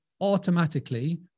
automatically